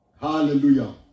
Hallelujah